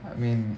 I mean